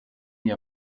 ihr